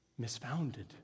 misfounded